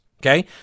Okay